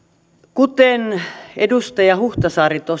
kuten edustaja huhtasaari